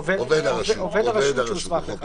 "עובד הרשות שהוסמך לכך".